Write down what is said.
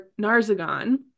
narzagon